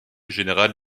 générale